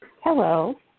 Hello